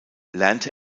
lernte